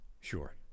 Sure